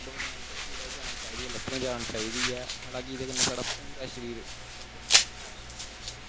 दौड़ लानै आस्तै शरीरै गी जान लाई दी होंदी ते लतें गीजान चाहिदी ऐ हांला कि एह्दे कन्नै साढ़ा पूरा शरीर तंदरुस्त रौहंदा ऐ